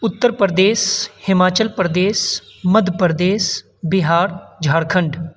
اتر پردیش ہماچل پردیش مدھیہ پردیش بہار جھار کھنڈ